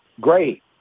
Great